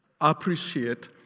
appreciate